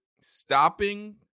stopping